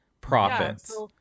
Profits